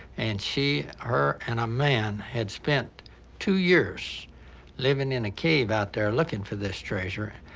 and she, her and a man had spent two years living in a cave out there looking for this treasure.